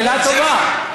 שאלה טובה.